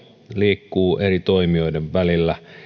liikkuu eri toimijoiden välillä